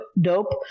dope